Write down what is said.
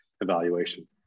evaluation